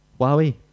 Huawei